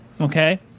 okay